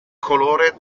colore